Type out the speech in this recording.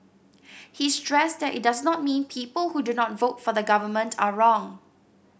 he stressed that it does not mean people who do not vote for the Government are wrong